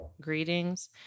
greetings